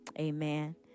amen